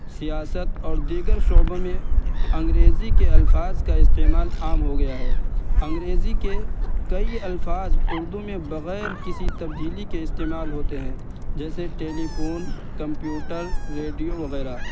سیاست اور دیگر شعبوں میں انگریزی کے الفاظ کا استعمال عام ہو گیا ہے انگریزی کے کئی الفاظ اردو میں بغیر کسی تبدیلی کے استعمال ہوتے ہیں جیسے ٹیلیفون کمپیوٹر ریڈیو وغیرہ